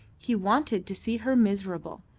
he wanted to see her miserable,